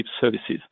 services